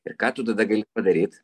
ir ką tu tada gali padaryt